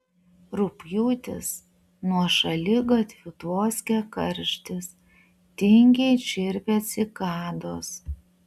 rugpjūtis nuo šaligatvių tvoskia karštis tingiai čirpia cikados